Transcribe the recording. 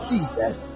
Jesus